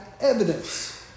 evidence